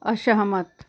असहमत